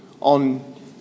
on